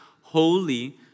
holy